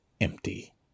empty